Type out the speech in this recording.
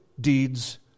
deeds